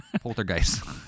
poltergeist